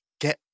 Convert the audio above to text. get